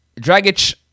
Dragic